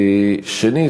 שנית,